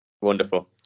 wonderful